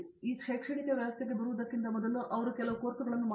ಈ ಶೈಕ್ಷಣಿಕ ವ್ಯವಸ್ಥೆಗೆ ಬರುವುದಕ್ಕಿಂತ ಮೊದಲು ಅವರು ಕೆಲವು ಕೋರ್ಸುಗಳನ್ನು ಮಾಡಿದ್ದಾರೆ